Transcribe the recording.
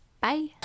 Bye